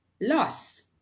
loss